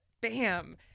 bam